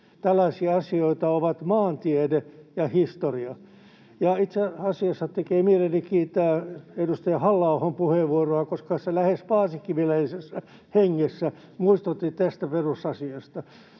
Tällaisia asioita ovat maantiede ja historia. Itse asiassa tekee mieleni kiittää edustaja Halla-ahon puheenvuoroa, koska se lähes paasikiviläisessä hengessä muistutti tästä perusasiasta,